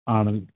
ആണല്ലെ